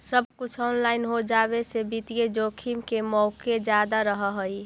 सब कुछ ऑनलाइन हो जावे से वित्तीय जोखिम के मोके जादा रहअ हई